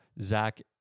Zach